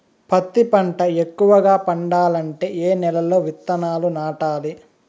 పత్తి పంట ఎక్కువగా పండాలంటే ఏ నెల లో విత్తనాలు నాటాలి?